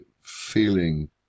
feeling